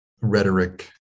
rhetoric